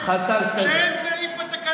כשאין סעיף בתקנון,